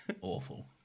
Awful